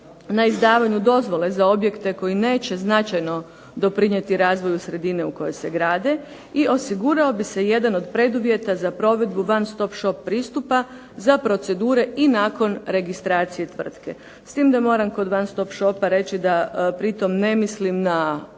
na izdavanju dozvola za objekte koji neće značajno doprinijeti razvoju sredine u kojoj se grade i osigurao bi se jedan od preduvjeta za provedbu van stop šop pristupa za procedure i nakon registracije tvrtke. S tim da moram kod van stop šopa reći da pri tome ne mislim na ured